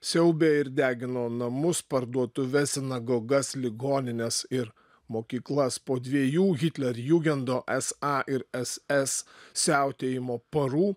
siaubė ir degino namus parduotuves sinagogas ligonines ir mokyklas po dviejų hitlerjugendo sa ir ss siautėjimo parų